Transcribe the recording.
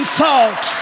thought